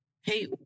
hey